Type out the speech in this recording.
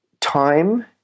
time